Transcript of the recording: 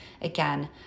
Again